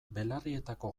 belarrietako